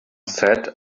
said